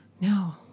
No